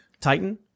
Titan